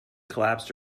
collapsed